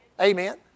Amen